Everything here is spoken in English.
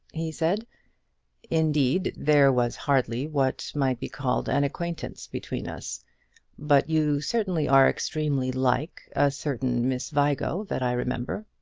he said indeed there was hardly what might be called an acquaintance between us but you certainly are extremely like a certain miss vigo that i remember.